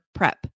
Prep